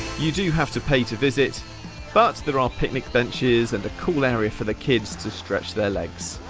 you do have to pay to visit but there are picnic benches and a cool area for the kids to stretch their legs.